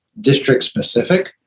district-specific